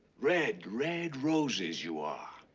red, red roses you are.